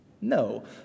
No